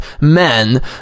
men